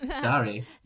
Sorry